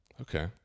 Okay